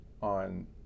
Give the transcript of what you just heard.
on